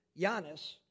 Giannis